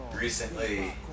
Recently